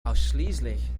ausschließlich